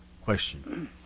question